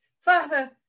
Father